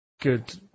good